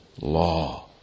law